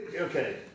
Okay